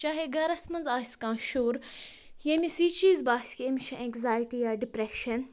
چاہَے گَرَس منٛز آسہِ کانٛہہ شُر ییٚمِس یہِ چیٖز باسہِ کہِ أمِس چھِ اٮ۪نزایٹی یا ڈِپرٛٮ۪شَن